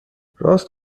راست